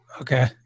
Okay